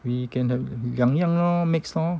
we can have 两样 lor mixed lor